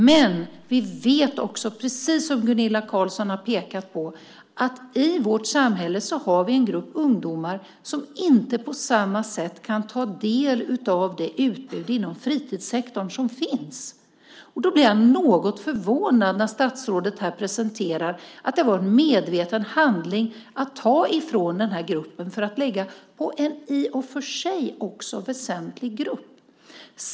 Men vi vet också, precis som Gunilla Carlsson har pekat på, att vi i vårt samhälle har en grupp ungdomar som inte på samma sätt kan ta del av det utbud inom fritidssektorn som finns. Då blir jag något förvånad när statsrådet här presenterar att det var en medveten handling att ta från den gruppen för att lägga på en annan i och för sig också väsentlig grupp.